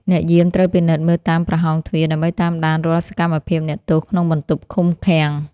អ្នកយាមត្រូវពិនិត្យមើលតាមប្រហោងទ្វារ ដើម្បីតាមដានរាល់សកម្មភាពអ្នកទោសក្នុងបន្ទប់ឃុំឃាំង។